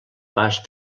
pas